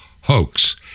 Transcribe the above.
hoax